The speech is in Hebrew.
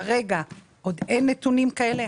כרגע עוד אין נתונים כאלה.